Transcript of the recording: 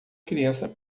criança